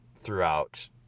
throughout